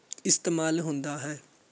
ਇਸਤੇਮਾਲ ਹੁੰਦਾ ਹੈ